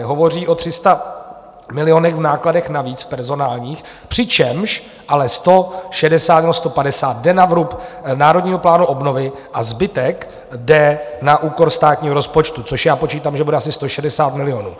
Hovoří o 300 milionech v nákladech navíc personálních, přičemž ale z toho 60 nebo 150 jde na vrub Národního plánu obnovy a zbytek jde na úkor státního rozpočtu, což já počítám, že bude asi 160 milionů.